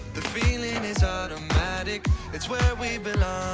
the feeling is automatic it's where we belong